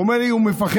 הוא אומר לי: הוא מפחד,